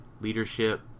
leadership